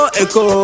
echo